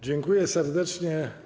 Dziękuję serdecznie.